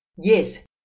Yes